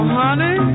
honey